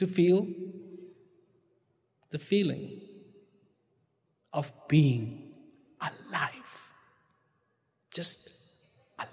to feel the feeling of being just i